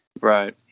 right